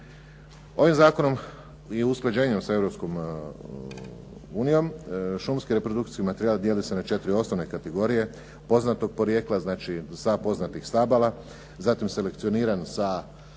Ovim zakonom i usklađenje sa Europskom unijom šumski reprodukcijski materijal dijeli se na 4 osnovne kategorije poznatog porijekla, znači za poznatih stabala, zatim selekcioniran sa